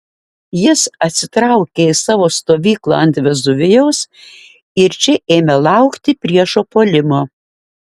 jis atsitraukė į savo stovyklą ant vezuvijaus ir čia ėmė laukti priešo puolimo